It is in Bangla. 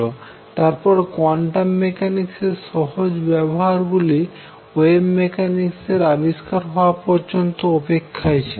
অতএব কোয়ান্টাম মেকানিক্স এর সহজ ব্যবহার গুলি ওয়েভ মেকানিক্স এর আবিষ্কার হওয়া পর্যন্ত অপেক্ষায় ছিল